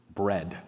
bread